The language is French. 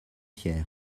hier